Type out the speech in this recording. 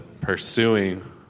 pursuing